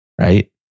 Right